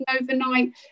overnight